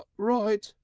right?